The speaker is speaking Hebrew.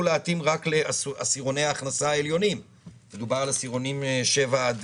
להתאים רק לעשירוני ההכנסה העליונים - מדובר על עשירונים שבע עד